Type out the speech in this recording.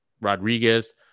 Rodriguez